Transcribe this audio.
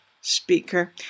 speaker